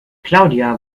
claudia